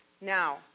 Now